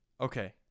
okay